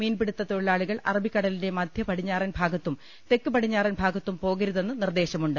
മീൻപിടിത്ത തൊഴിലാളികൾ അറബികടലിന്റെ മധ്യ പടിഞ്ഞാറൻ ഭാഗത്തും തെക്ക് പടിഞ്ഞാറൻ ഭാഗത്തും പോകരു തെന്ന് നിർദ്ദേശമുണ്ട്